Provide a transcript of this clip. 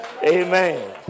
Amen